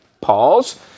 pause